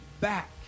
back